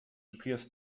appears